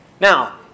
Now